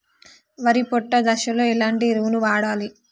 వరి పొట్ట దశలో ఎలాంటి ఎరువును వాడాలి?